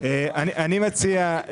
אני מציע,